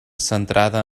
centrada